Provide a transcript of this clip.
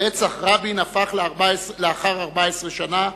רצח רבין הפך, לאחר 14 שנה,